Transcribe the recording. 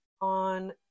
on